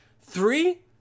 Three